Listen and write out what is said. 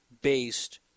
based